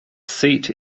seat